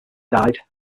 died